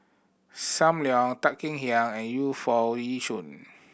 Sam Leong Tan Kek Hiang and Yu Foo Yee Shoon